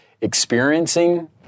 experiencing